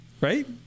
right